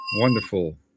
wonderful